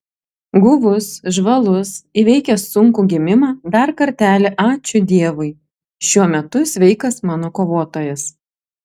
guvus žvalus įveikęs sunkų gimimą dar kartelį ačiū dievui šiuo metu sveikas mano kovotojas